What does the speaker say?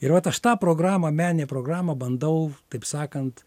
ir vat aš tą programą meninę programą bandau taip sakant